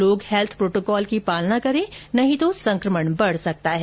लोग health protocol की पालना करें अन्यथा संक्रमण बढ़ सकता है